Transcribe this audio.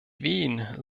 wen